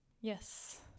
Yes